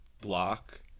block